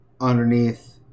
underneath